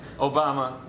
Obama